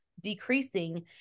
decreasing